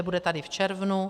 Bude tady v červnu.